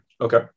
okay